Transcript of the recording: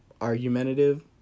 argumentative